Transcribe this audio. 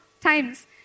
times